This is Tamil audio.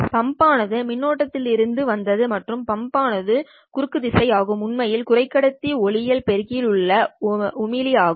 பம்ப் ஆனது மின்னோட்டலிருந்து வந்தது மற்றும் பம்ப் என்பது குறுக்கு திசை ஆகும் உண்மையில் குறைக்கடத்தி ஒளியியல் பெருக்கிகளில் உள்ள ஒளிமி ஆகும்